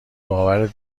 باورت